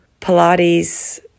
Pilates